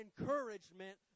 encouragement